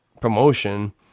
promotion